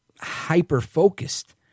hyper-focused